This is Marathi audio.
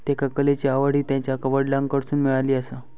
त्येका कलेची आवड हि त्यांच्या वडलांकडसून मिळाली आसा